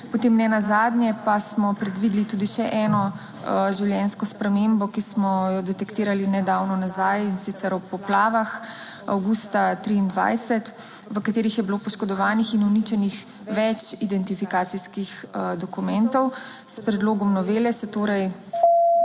Potem nenazadnje pa smo predvideli tudi še eno življenjsko spremembo, ki smo jo detektirali nedavno nazaj, in sicer ob poplavah avgusta 2023, v katerih je bilo poškodovanih in uničenih več identifikacijskih dokumentov. S predlogom novele se torej